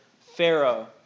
Pharaoh